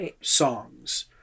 songs